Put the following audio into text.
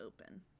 open